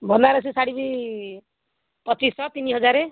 ଭଲରେ ସେ ଶାଢ଼ୀ ବି ପଚିଶଶହ ତିନି ହଜାର